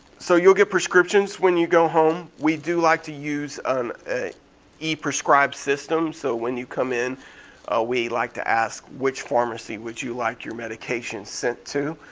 so you'll get prescriptions when you go home. we do like to use an e-prescribe system so when you come in ah we like to ask which pharmacy would you like your medication sent to.